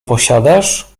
posiadasz